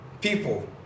people